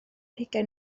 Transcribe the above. hugain